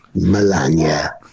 Melania